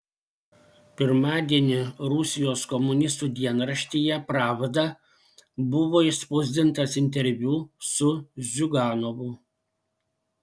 pirmadienį rusijos komunistų dienraštyje pravda buvo išspausdintas interviu su ziuganovu